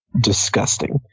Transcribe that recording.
disgusting